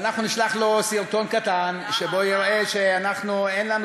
ואנחנו נשלח לו סרטון קטן שבו יראה שאין לנו